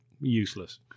Useless